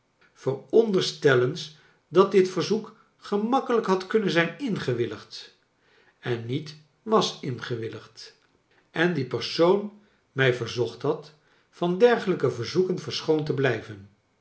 eens dat dit verzoek gemakkelijk had kunnen zijn ingewilligd en niet wasingewilligd en die persoon mij verzocht had van dergelijke verzoeken verschoond te blijven